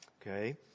okay